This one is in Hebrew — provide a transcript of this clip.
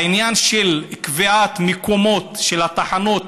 העניין של קביעת המקומות של התחנות